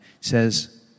says